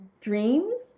dreams